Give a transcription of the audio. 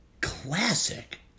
Classic